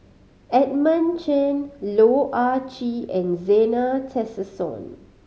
Edmund Chen Loh Ah Chee and Zena Tessensohn